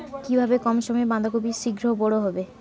কিভাবে কম সময়ে বাঁধাকপি শিঘ্র বড় হবে?